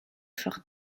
fort